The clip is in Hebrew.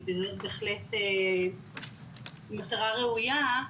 זה בהחלט מטרה ראויה,